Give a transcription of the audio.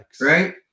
right